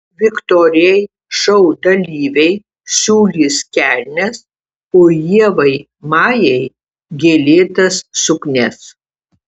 viktorijai šou dalyviai siūlys kelnes o ievai majai gėlėtas suknias